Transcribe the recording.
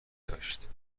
داشت